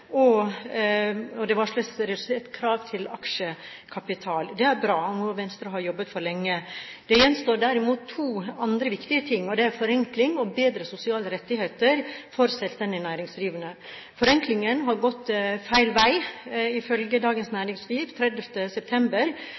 selskaper, og det varsles redusert krav til aksjekapital. Det er bra, og noe Venstre har jobbet for lenge. Det gjenstår derimot to andre viktige ting, og det er forenkling og bedre sosiale rettigheter for selvstendig næringsdrivende. Forenklingen har gått feil vei. Ifølge Dagens Næringsliv 30. september